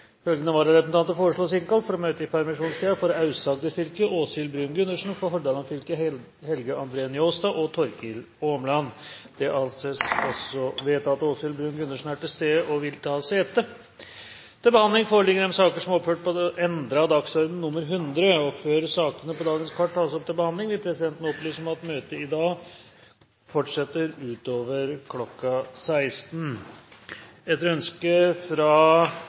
Følgende vararepresentanter foreslås innkalt for å møte i permisjonstiden: For Aust-Agder fylke: Åshild Bruun-Gundersen For Hordaland fylke: Helge André Njåstad og Torkil Åmland Åshild Bruun-Gundersen er til stede og vil ta sete. Før sakene på dagens kart tas opp til behandling, vil presidenten opplyse om at møtet i dag fortsetter utover kl. 16.00. Etter ønske fra